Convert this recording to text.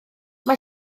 mae